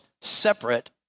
separate